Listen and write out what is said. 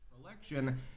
election